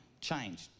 changed